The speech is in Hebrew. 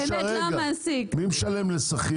מי משלם לשכיר?